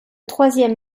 troisième